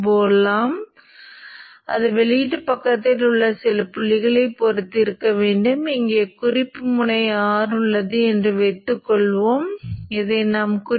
buck மாற்றி செயல்பாட்டைப் பொறுத்த வரையில் L மற்றும் C முந்தையதைப் போலவே இருக்கும் பக் பகுதி